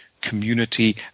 community